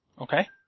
Okay